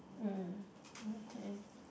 mm okay